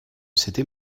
c’était